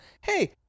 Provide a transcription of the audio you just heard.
hey